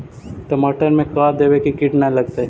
टमाटर में का देबै कि किट न लगतै?